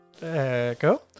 go